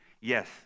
Yes